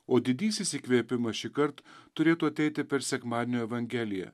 o didysis įkvėpimas šįkart turėtų ateiti per sekmadienio evangeliją